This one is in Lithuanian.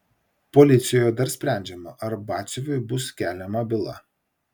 policijoje dar sprendžiama ar batsiuviui bus keliama byla